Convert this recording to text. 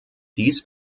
dies